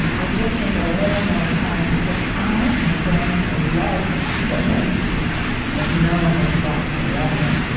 i just need a little more time. because i am going to love the things as no one has thought to love them,